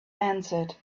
answered